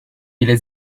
bile